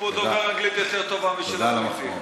טוב, דובר אנגלית יותר טובה משל הבריטים.